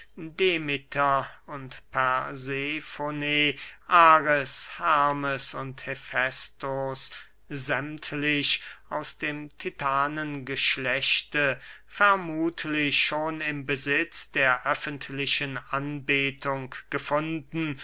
demeter und persefone ares hermes und hefästos sämmtlich aus dem titanengeschlechte vermuthlich schon im besitz der öffentlichen anbetung gefunden